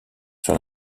sur